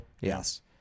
yes